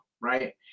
Right